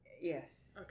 Yes